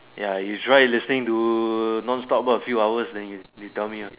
ya you try to listening to nonstop ah a few hours then you you tell me ya